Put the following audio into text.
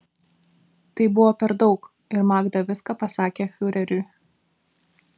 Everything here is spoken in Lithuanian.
tai buvo per daug ir magda viską pasakė fiureriui